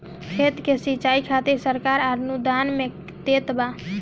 खेत के सिचाई खातिर सरकार अनुदान में का देत बा?